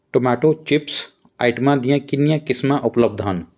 tomato chips ਆਈਟਮਾਂ ਦੀਆਂ ਕਿੰਨੀਆਂ ਕਿਸਮਾਂ ਉਪਲੱਬਧ ਹਨ